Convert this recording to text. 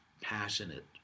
passionate